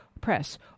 press